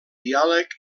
diàleg